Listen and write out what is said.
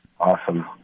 Awesome